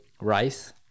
rice